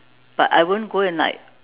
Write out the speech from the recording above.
but I won't go and like